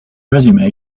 resume